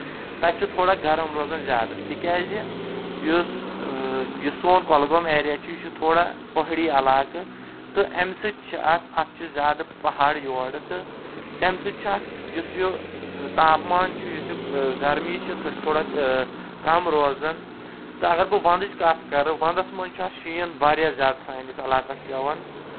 تَتہِ چُھ تھوڑا گرُم روزان زیادٕ تِکیٚازِ یُس یہِ سون یہِ کۄلگوم ایٚریا چھُ یہِ چھُ تھوڑا پہٲڑی علاقہٕ تہٕ اَمہِ سۭتۍ چھُ اکھ اَتھ چھُ زیادٕ پہٲڑ یورٕ تہٕ تَمہِ سۭتۍ چھُ اَتھ یُس یہِ تاپمان چھُ یُس یہِ گرمی چھِ سۄ چھِ تھوڑا کَم روزان تہٕ اَگر بہٕ ونٛدٕچ کَتھ کَرٕ وَنٛدَس منٛز چھُ اَتھ شیٖن واریاہ زیادٕ سٲنِس علاقَس پیوان